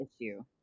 issue